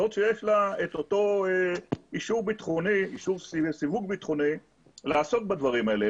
זאת שיש לה את אותו אישור סיווג ביטחוני לעסוק בדברים האלה,